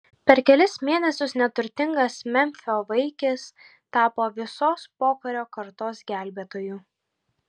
per kelis mėnesius neturtingas memfio vaikis tapo visos pokario kartos gelbėtoju